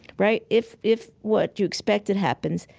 right? if if what you expected happens,